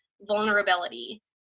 vulnerability